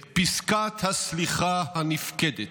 את פסקת הסליחה הנפקדת.